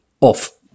off